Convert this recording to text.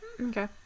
Okay